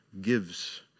gives